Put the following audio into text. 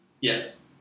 Yes